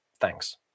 Thanks